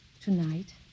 tonight